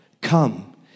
come